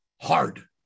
hard